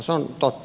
se on totta